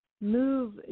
move